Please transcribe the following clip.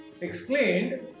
explained